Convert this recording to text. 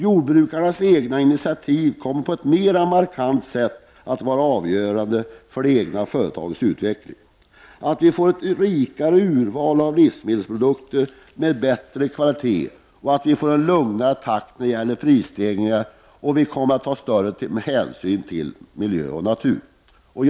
Jordbrukarnas egna initiativ kommer på ett mera markant sätt att vara avgörande för det egna företagets utveckling. Vi får ett rikare urval av livsmedelsprodukter med bättre kvalitet. Vi får en lugnare takt när det gäller prisstegringarna, och vi kommer att ta större hänsyn till miljö och naturvård.